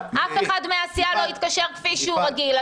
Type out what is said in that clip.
אף אחד מהסיעה לא התקשר כפי שהוא רגיל,